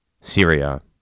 Syria